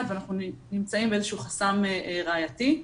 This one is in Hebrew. ואנחנו נמצאים באיזה שהוא חסם ראייתי.